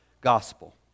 gospel